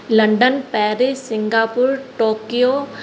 London Paris Singapore Tokyo